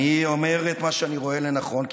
אני אומר את מה שאני רואה לנכון,